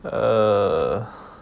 err